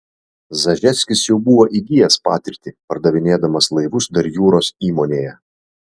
zažeckis jau buvo įgijęs patirtį pardavinėdamas laivus dar jūros įmonėje